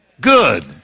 good